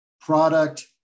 product